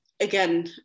again